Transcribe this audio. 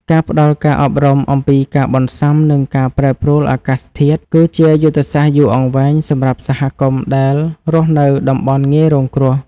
ការផ្តល់ការអប់រំអំពីការបន្ស៊ាំនឹងការប្រែប្រួលអាកាសធាតុ គឺជាយុទ្ធសាស្ត្រយូរអង្វែងសម្រាប់សហគមន៍ដែលរស់នៅតំបន់ងាយរងគ្រោះ។